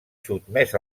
sotmès